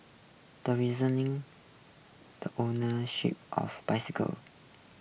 the reasoning the ownership of bicycles